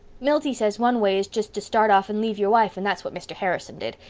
milty says one way is just to start off and leave your wife, and that's what mr. harrison did.